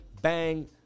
bang